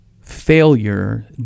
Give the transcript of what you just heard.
failure